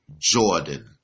Jordan